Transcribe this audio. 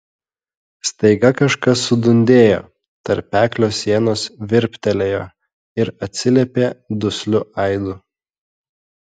staiga kažkas sudundėjo tarpeklio sienos virptelėjo ir atsiliepė dusliu aidu